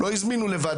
לא הזמינו לבד,